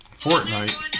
Fortnite